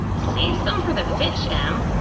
save some for the fish, em!